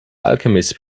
alchemists